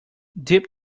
dip